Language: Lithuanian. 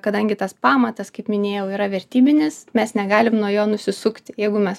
kadangi tas pamatas kaip minėjau yra vertybinis mes negalim nuo jo nusisukti jeigu mes